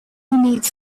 needs